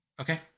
Okay